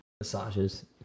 Massages